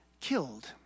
killed